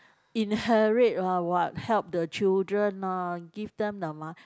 inherit ah what help the children ah give them the mo~